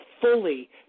fully